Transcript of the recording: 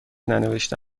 ننوشته